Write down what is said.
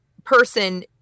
person